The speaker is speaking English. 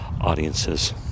audiences